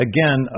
Again